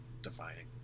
defining